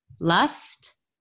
lust